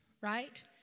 right